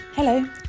Hello